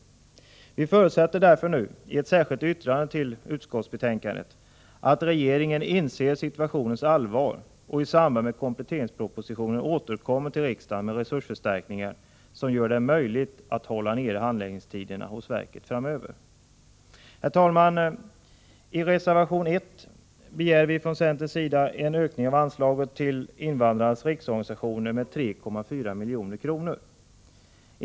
Vi förutsätter därför nu i ett särskilt yttrande att regeringen inser situationens allvar och i samband med kompletteringspropositionen återkommer till riksdagen med förslag om resursförstärkningar som gör det möjligt att hålla nere handläggningstiderna hos verket. Herr talman! I reservation 1 begär vi från centerns sida en ökning av anslaget till invandrarnas riksorganisationer med 3,4 milj.kr.